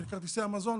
של כרטיסי המזון.